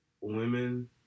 women